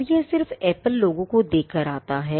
अब यह सब सिर्फ apple logo को देखकर आता है